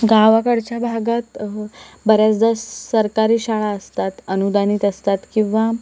गावाकडच्या भागात बऱ्याचदा सरकारी शाळा असतात अनुदानित असतात किंवा